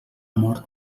mort